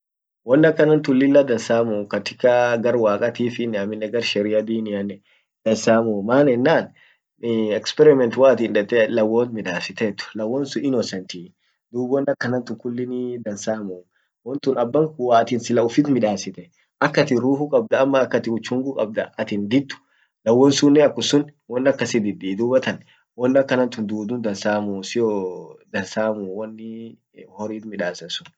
jirani annin won dibbiaf sihiwamne barretant arratan edattan diko yaaani wari attin akkan muziki akkama min yaani nutdante, warri guddio hamttu endelea s, sautian endeletii dub wokti sunnen wokti innaman rafuu ,ilman kaba annen ilmansunnen dubattan harafte wokati akasi sun dubattan ralle fuledi wakati dibi ilmant hinrafti sauti yaani gad busaaa wakati halkani, hamtuaf akkas hin yenne ammotu wakatin sun, wakati sun halkant hakarte inamman hinraffa ralle fuleda sauti gad busa.